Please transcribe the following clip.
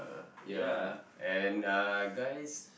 ya and uh guys